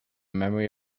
memory